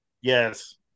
yes